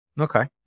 Okay